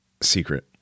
secret